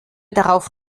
darauf